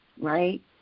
right